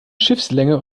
schiffslänge